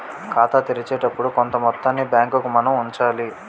ఖాతా తెరిచేటప్పుడు కొంత మొత్తాన్ని బ్యాంకుకు మనం ఉంచాలి